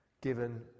given